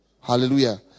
Hallelujah